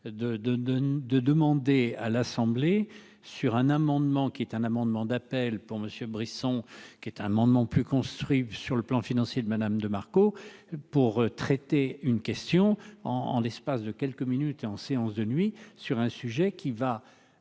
de demander à l'Assemblée sur un amendement qui est un amendement d'appel pour monsieur Brisson, qui est un amendement plus construit sur le plan financier de Madame, de Marco pour traiter une question en en dessin. Passe de quelques minutes et en séance de nuit sur un sujet qui va